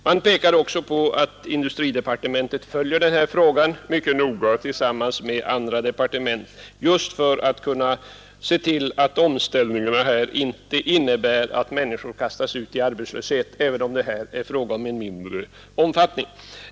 Man pekar också på att industridepartementet följer den här frågan mycket noga tillsammans med andra departement just för att kunna se till att omställningarna inte innebär att människor kastas ut i arbetslöshet, även om det skulle vara fråga om en mindre omfattning.